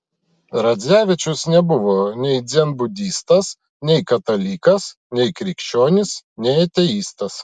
radzevičius nebuvo nei dzenbudistas nei katalikas nei krikščionis nei ateistas